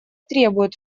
требует